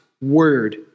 word